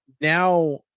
Now